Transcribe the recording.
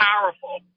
powerful